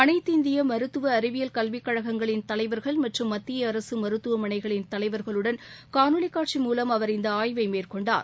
அளைத்திந்திய மருத்துவ அறிவியல் கல்விக் கழகங்களின் தலைவர்கள் மற்றும் மத்திய அரசு மருத்துவமனைகளின் தலைவர்களுடன் காணொலி காட்சி மூலம் அவர் இந்த ஆய்வை மேற்கொண்டார்